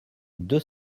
deux